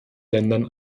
ländern